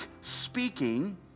speaking